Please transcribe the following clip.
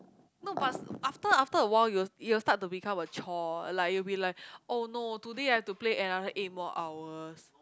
no but after after a while you will you will start to become a chore like you will be like oh no today I have to play another eight more hours